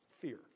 fear